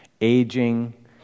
aging